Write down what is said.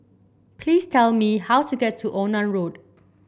please tell me how to get to Onan Road